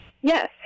Yes